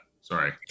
Sorry